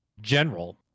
general